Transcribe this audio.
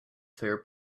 fair